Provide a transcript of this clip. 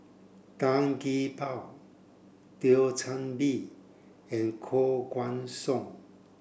Tan Gee Paw Thio Chan Bee and Koh Guan Song